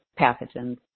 pathogens